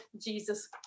Jesus